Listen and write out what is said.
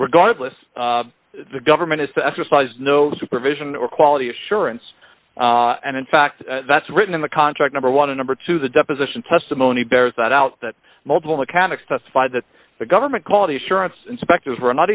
regardless the government is to exercise no supervision or quality assurance and in fact that's written in the contract number one a number two the deposition testimony bears that out that multiple mechanics testified that the government quality assurance inspectors were not